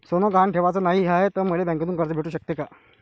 सोनं गहान ठेवाच नाही हाय, त मले बँकेतून कर्ज भेटू शकते का?